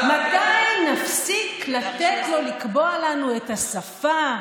מתי נפסיק לתת לו לקבוע לנו את השפה,